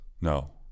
No